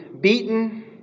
beaten